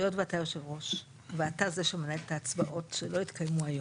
היות ואתה יושב ראש ואתה זה שמנהל את ההצבעות שלא יתקיימו היום,